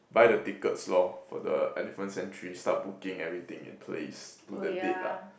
buy the tickets lor for the elephant sanctuary start booking everything in place to the date lah